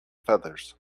feathers